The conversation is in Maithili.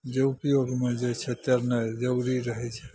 जे उपयोगमे जे छै तैरनाइ जरूरी रहै छै